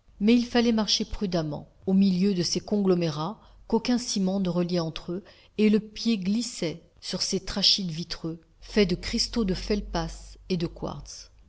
mais il fallait marcher prudemment au milieu de ces conglomérats qu'aucun ciment ne reliait entre eux et le pied glissait sur ces trachytes vitreux faits de cristaux de feldspath et de quartz